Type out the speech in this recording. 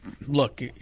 look